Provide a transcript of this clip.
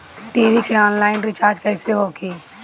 TV के online recharge कैसे होखी?